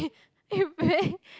you very